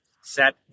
set